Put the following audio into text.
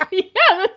um you know,